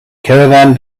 caravan